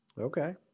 okay